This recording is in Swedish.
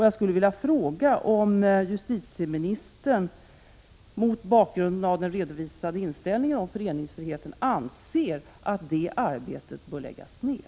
Jag skulle vilja fråga om justitieministern mot bakgrund av den redovisade inställningen till föreningsfriheten anser att det arbetet bör läggas ner.